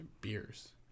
beers